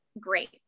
great